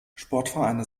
sportvereine